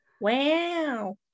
Wow